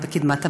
בקדמת הבמה.